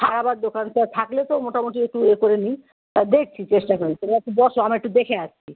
সারাবার দোকান তো থাকলে তো মোটামুটি একটু এ করে নিই আর দেখছি চেষ্টা করে তোমরা একটু বসো আমরা একটু দেখে আসছি